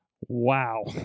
Wow